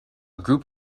group